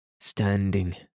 standing